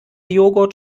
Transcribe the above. joghurt